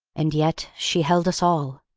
and yet she held us all!